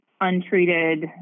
untreated